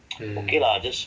mm